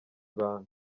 ibanga